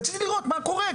רציתי לראות מה קורה,